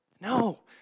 No